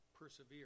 persevere